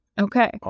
Okay